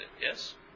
Yes